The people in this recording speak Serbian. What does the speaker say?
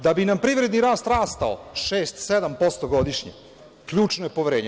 Da bi nam privredni rast rastao 6% - 7% godišnje ključno je poverenje.